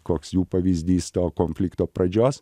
koks jų pavyzdys to konflikto pradžios